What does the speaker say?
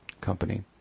company